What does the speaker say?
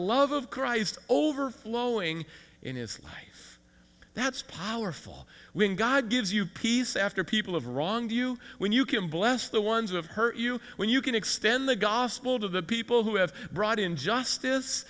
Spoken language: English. love of christ overflowing in his life that's powerful when god gives you peace after people have wronged you when you can bless the ones who have hurt you when you can extend the gospel to the people who have brought injustice